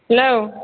hello